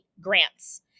grants